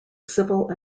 civil